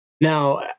Now